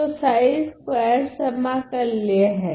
तो समाकल्य है